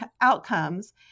outcomes